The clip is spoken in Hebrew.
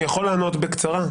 אני יכול לענות בקצרה.